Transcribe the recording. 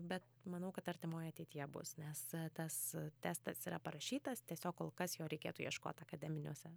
bet manau kad artimoje ateityje bus nes tas testas yra parašytas tiesiog kol kas jo reikėtų ieškot akademiniuose